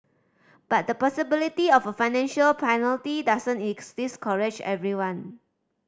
but the possibility of a financial penalty doesn't discourage everyone